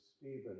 Stephen